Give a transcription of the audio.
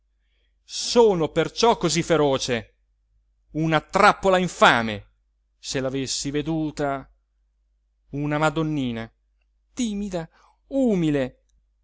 sono perciò così feroce l'uomo solo luigi pirandello una trappola infame se l'avessi veduta una madonnina timida umile